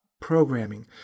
programming